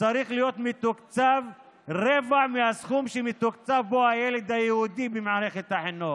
צריך להיות מתוקצב ברבע מהסכום שמתוקצב בו הילד היהודי במערכת החינוך?